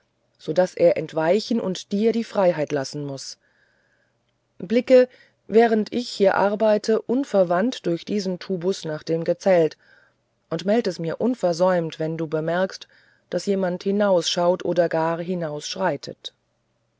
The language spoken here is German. so daß er entweichen und dir die freiheit lassen muß blicke während ich hier arbeite unverwandt durch jenen tubus nach dem gezelt und meld es mir ungesäumt wenn du bemerkst daß jemand hinausschaut oder gar